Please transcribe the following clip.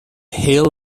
hill